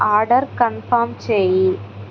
order confirm చేయి